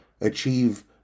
Achieve